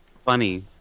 funny